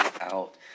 out